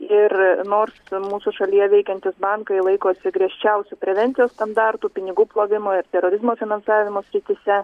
ir nors mūsų šalyje veikiantys bankai laikosi griežčiausių prevencijos standartų pinigų plovimo terorizmo finansavimo srityse